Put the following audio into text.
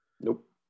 Nope